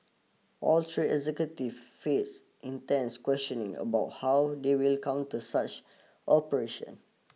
all three executive face intense questioning about how they will counter such operation